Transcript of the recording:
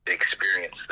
experience